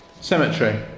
Cemetery